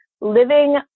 living